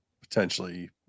potentially